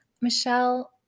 Michelle